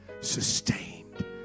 sustained